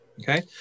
Okay